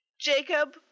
Jacob